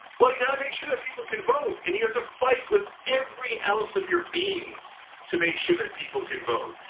well, you gotta make sure that people can vote and you have to fight with every ounce of your being to make sure that people can vote.